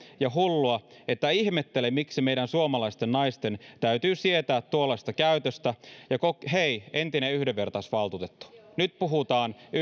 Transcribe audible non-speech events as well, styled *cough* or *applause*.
ja hullua että ihmettelen miksi meidän suomalaisten naisten täytyy sietää tuollaista käytöstä ja hei entinen yhdenvertaisuusvaltuutettu nyt puhutaan yhdenvertaisuusasioistakin ja *unintelligible*